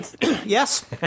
Yes